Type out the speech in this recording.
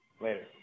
Later